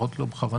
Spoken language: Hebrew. לפחות לא בכוונה,